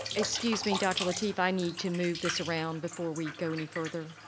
excuse me, dr. lateef, i need to move this around before we go any further.